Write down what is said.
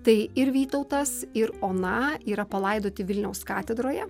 tai ir vytautas ir ona yra palaidoti vilniaus katedroje